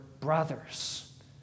brothers